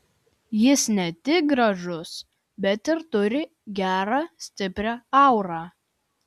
jis ne tik gražus bet ir turi gerą stiprią aurą